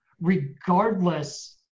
regardless